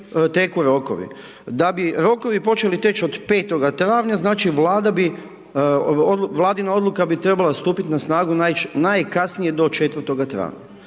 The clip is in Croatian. Da bi rokovi počeli teći od 05. travnja, znači, Vlada bi, vladina odluka bi trebala stupiti na snagu najkasnije do 04. travnja.